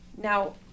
Now